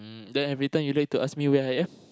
then every time you like to ask me where I am